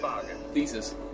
thesis